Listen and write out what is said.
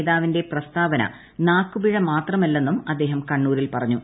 നേതാവിന്റെ പ്രസ്താവന നാക്കു പിഴ മാത്രമല്ലെന്നും അദ്ദേഹം കണ്ണൂരിൽ പറഞ്ഞു